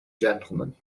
gentleman